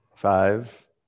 Five